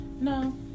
No